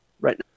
right